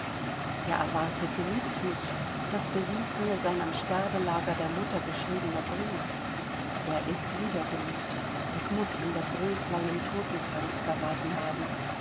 der erwartete liebt mich das bewies mir sein am sterbelager der mutter geschriebener brief er ist wiedergeliebt das muß ihm das röslein im totenkranz verraten haben